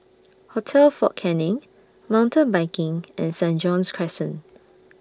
Hotel Fort Canning Mountain Biking and Saint John's Crescent